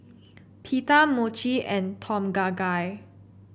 Pita Mochi and Tom Kha Gai